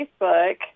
Facebook